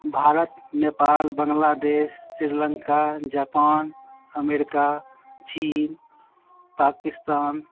Bharat Nepal Bangladesh Sri Lanka Japan America चीन पाकिस्तान